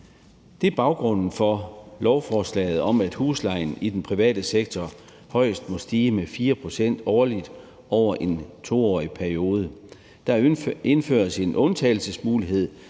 Det er baggrunden for lovforslaget om, at huslejen i den private sektor højst må stige med 4 pct. årligt over en 2-årig periode. Der indføres en undtagelsesmulighed